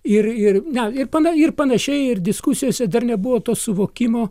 ir ir ne ir pana ir panašiai ir diskusijose dar nebuvo to suvokimo